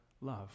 love